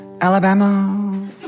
Alabama